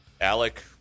Alec